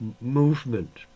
movement